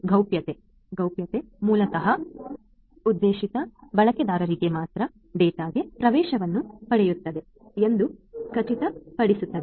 ಗೌಪ್ಯತೆ ಮೂಲತಃ ಉದ್ದೇಶಿತ ಬಳಕೆದಾರರಿಗೆ ಮಾತ್ರ ಡೇಟಾಗೆ ಪ್ರವೇಶವನ್ನು ಪಡೆಯುತ್ತದೆ ಎಂದು ಖಚಿತಪಡಿಸುತ್ತದೆ